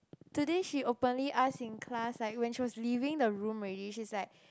today she openly ask in class like when she was leaving the room already she's like